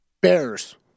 Bears